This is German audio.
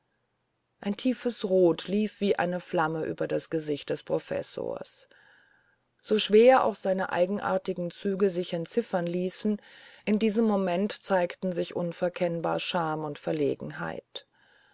ein tiefes rot lief wie eine flamme über das gesicht des professors so schwer auch seine eigenartigen züge sich entziffern ließen in diesem moment zeigten sich unverkennbar scham und verlegenheit